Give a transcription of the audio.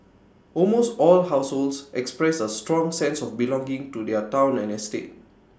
almost all households expressed A strong sense of belonging to their Town and estate